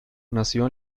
nació